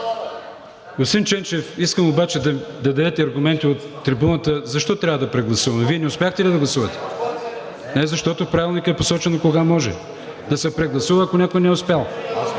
Господин Ченчев, искам обаче да ми дадете аргументи от трибуната защо трябва да прегласуваме? Вие не успяхте ли да гласувате, защото в Правилника е посочено кога може да се прегласува, ако някой не е успял?